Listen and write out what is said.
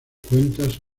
cuentas